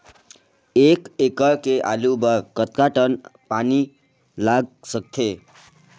एक एकड़ के आलू बर कतका टन पानी लाग सकथे?